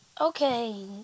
Okay